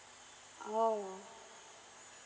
oh